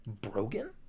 broken